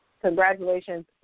Congratulations